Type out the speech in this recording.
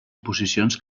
oposicions